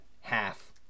half